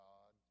God